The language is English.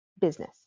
business